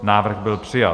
Návrh byl přijat.